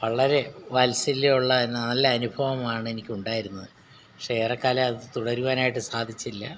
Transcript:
വളരെ വാത്സല്യം ഉള്ള എന്നാൽ നല്ല അനുഭവമാണെനിക്ക് ഉണ്ടായിരുന്നത് പക്ഷെ ഏറെക്കാലം അത് തുടരുവാനായിട്ട് സാധിച്ചില്ല